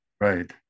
Right